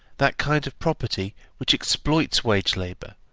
that kind of property which exploits wage-labour,